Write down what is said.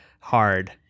hard